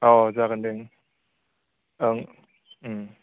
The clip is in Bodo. औ जागोन दे ओं